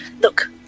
Look